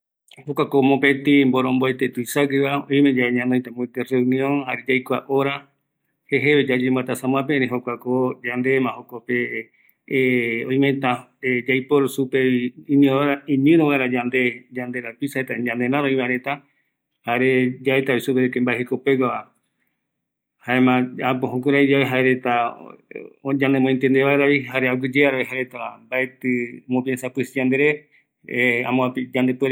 ﻿Jokuako mboromboete tuisagueva, oime yave ñanoita mopeti reunion, jare yaikua hora jejeve, yayemboatrasa amoape erei jokuako yandema jokope oimeta yaiporu supe iñi, iñiro vaera yande, yanderapisa reta ñaneraro oiva reta, jare yaetavi supe mbae jekopeguava, jaema ápo jukuraiyae jaereta yanemoentiende vaeravi, jare aguiyearavi jaereta, mbaeti omopiensa pisii yandere amoape yandepuere